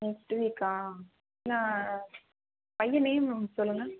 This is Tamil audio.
நெக்ஸ்ட் வீக்கா நான் பையன் நேமும் சொல்லுங்கள்